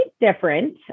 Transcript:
different